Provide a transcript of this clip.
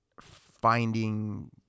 finding